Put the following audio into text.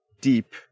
deep